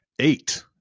eight